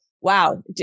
wow